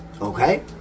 Okay